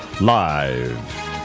Live